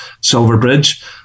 Silverbridge